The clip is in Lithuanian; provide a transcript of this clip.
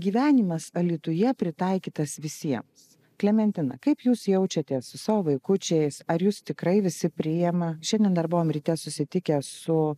gyvenimas alytuje pritaikytas visiems klementina kaip jūs jaučiatės su savo vaikučiais ar jus tikrai visi priima šiandien dar buvom ryte susitikę su